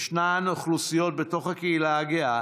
ישנן האוכלוסיות בתוך הקהילה הגאה